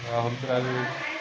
Rahul Dravid